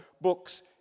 books